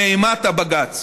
מאימת הבג"ץ.